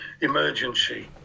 emergency